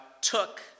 took